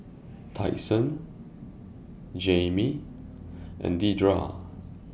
Tyson Jammie and Dedra